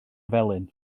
felyn